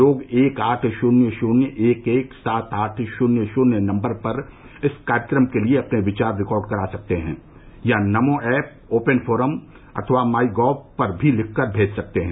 लोग एक आठ शून्य शून्य एक एक सात आठ शून्य शून्य नंबर पर इस कार्यक्रम के लिए अपने विचार रिकार्ड करा सकते हैं या नमो ऐप ओपन फोरम अथवा माई गॉव पर भी लिखकर भेज सकते हैं